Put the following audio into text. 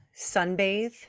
sunbathe